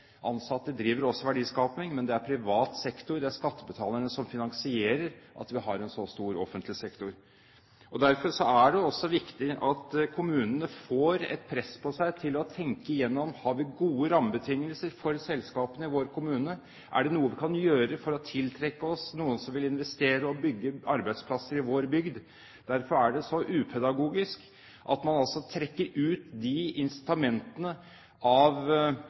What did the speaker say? også driver verdiskaping, men det er privat sektor, det er skattebetalerne, som finansierer en så stor offentlig sektor. Derfor er det også viktig at kommunene får et press på seg til å tenke igjennom: Har vi gode rammebetingelser for selskapene i vår kommune? Er det noe vi kan gjøre for å tiltrekke oss noen som vil investere og bygge arbeidsplasser i vår bygd? Og derfor er det så upedagogisk at man trekker ut de incitamentene av